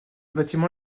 bâtiment